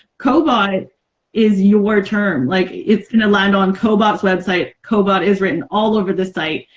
kobot is your term like it's gonna land on kobot's website. kobot is written all over the site,